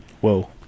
whoa